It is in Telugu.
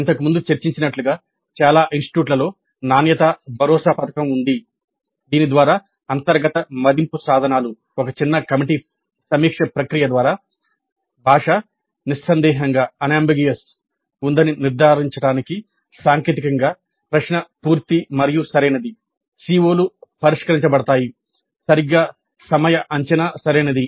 ఇంతకుముందు చర్చించినట్లుగా చాలా ఇన్స్టిట్యూట్లలో నాణ్యతా భరోసా పథకం ఉంది దీని ద్వారా అంతర్గత మదింపు సాధనాలు ఒక చిన్న కమిటీ సమీక్ష ప్రక్రియ ద్వారా భాష నిస్సందేహంగా ఉందని నిర్ధారించడానికి సాంకేతికంగా ప్రశ్న పూర్తి మరియు సరైనది CO లు పరిష్కరించబడతాయి సరిగ్గా సమయ అంచనా సరైనది